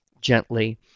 gently